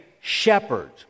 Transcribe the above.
shepherd